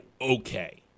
okay